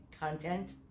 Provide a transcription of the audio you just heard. content